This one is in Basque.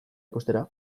ikustera